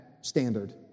standard